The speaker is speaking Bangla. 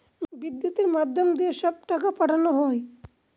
বিদ্যুতের মাধ্যম দিয়ে সব টাকা পাঠানো হয়